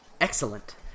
Excellent